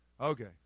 Okay